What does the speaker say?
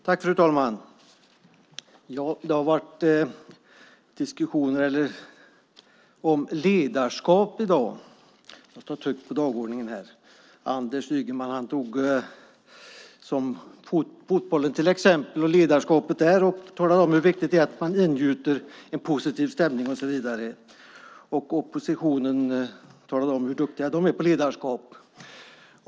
Fru ålderspresident! Det har varit diskussion om ledarskap i dag på dagordningen. Anders Ygeman tog fotbollen som exempel och ledarskapet där och talade om hur viktigt det är att ingjuta en positiv stämning. Oppositionen talade om hur duktiga de är på ledarskap.